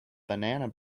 banana